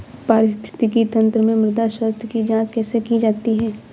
पारिस्थितिकी तंत्र में मृदा स्वास्थ्य की जांच कैसे की जाती है?